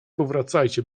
powracajcie